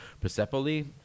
Persepolis